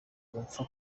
bapfa